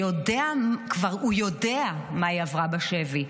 הוא כבר יודע מה היא עברה בשבי.